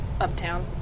Uptown